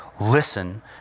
Listen